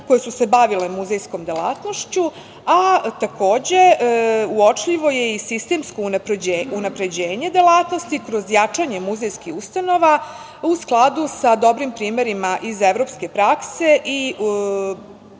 koje su se bavile muzejskom delatnošću, a takođe, uočljivo je i sistemsko unapređenje delatnosti kroz jačanje muzejskih ustanova u skladu sa dobrim primerima iz evropske prakse i uvođenjem